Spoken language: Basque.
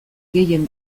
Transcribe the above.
gehien